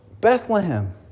Bethlehem